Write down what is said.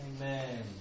Amen